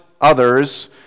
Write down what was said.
others